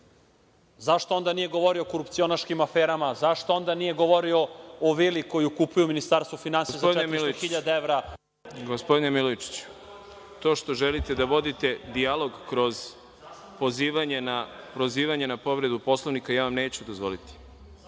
Zašto onda nije govorio o korupcionaškim aferama, zašto onda nije govorio o vili koju kupuju u Ministarstvu finansija... **Đorđe Milićević** Gospodine Milojičiću, to što želite da vodite dijalog kroz pozivanje na povredu Poslovnika ja vam neću dozvoliti.